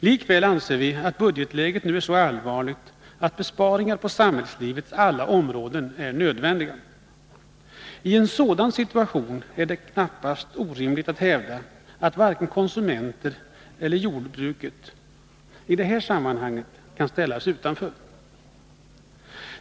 Likväl anser vi att budgetläget nu är så allvarligt att besparingar på samhällslivets alla områden är nödvändiga. I en sådan situation är det knappast orimligt att hävda att varken konsumenterna eller jordbruket i det här sammanhanget kan ställas utanför.